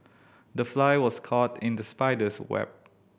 the fly was caught in the spider's web